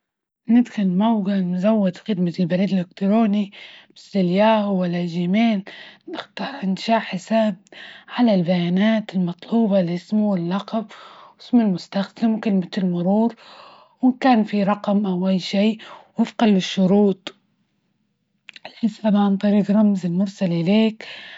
ندخل موجع مزود خدمة البريد الإلكتروني، مثل الياهو ولا جيميل نختار إنشاء حساب على البيانات المطلوبة، الإسم و اللقب إسم المستخدم وكلمة المرور، وإن كان في رقم أو أي شي وفقا للشروط الحساب عن طريج رمز المرسل إليك بس.